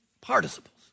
Participles